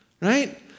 right